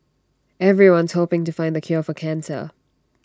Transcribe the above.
everyone's hoping to find the cure for cancer